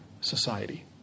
society